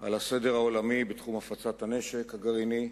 על הסדר העולמי בתחום הפצת הנשק הגרעיני,